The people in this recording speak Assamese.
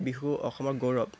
বিহু অসমৰ গৌৰৱ